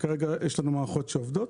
כרגע יש לנו מערכות שעובדות.